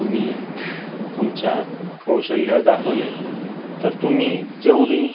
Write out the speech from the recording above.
तुम्ही तुमच्यात कौशल्य दाखवले तर तुम्ही जेवढी